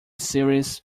series